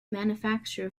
manufacture